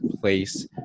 place